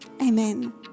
amen